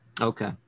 Okay